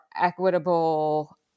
equitable